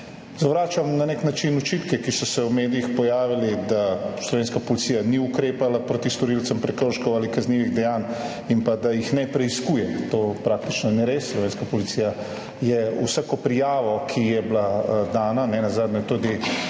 Zavračam na nek način očitke, ki so se v medijih pojavili, da slovenska policija ni ukrepala proti storilcem prekrškov ali kaznivih dejanj in pa da jih ne preiskuje. To praktično ni res. Slovenska policija vsako prijavo, ki je bila dana, nenazadnje tudi